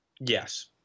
Yes